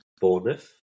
Bournemouth